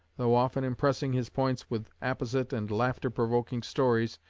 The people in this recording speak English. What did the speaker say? though often impressing his points with apposite and laughter-provoking stories,